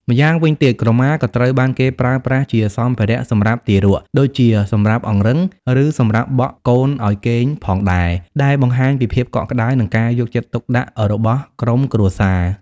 ម្យ៉ាងវិញទៀត ក្រមាក៏ត្រូវបានគេប្រើប្រាស់ជា សម្ភារៈសម្រាប់ទារក ដូចជាសម្រាប់អង្រឹង ឬសម្រាប់បក់កូនឱ្យគេងផងដែរ ដែលបង្ហាញពីភាពកក់ក្ដៅ និងការយកចិត្តទុកដាក់របស់ក្រុមគ្រួសារ។